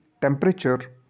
temperature